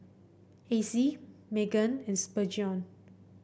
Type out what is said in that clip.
Acey Meggan and Spurgeon